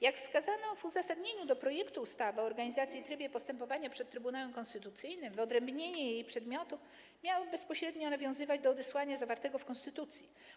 Jak wskazano w uzasadnieniu do projektu ustawy o organizacji i trybie postępowania przed Trybunałem Konstytucyjnym, wyodrębnienie jej przedmiotu ma bezpośrednio nawiązywać do odesłania zawartego w konstytucji.